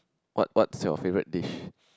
what what's your favourite dish